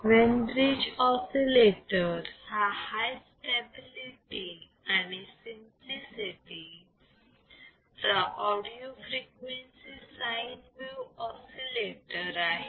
Wien bridge oscillator हा high stability आणि simplicity चा audio frequency sine wave oscillator आहे